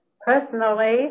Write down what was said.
Personally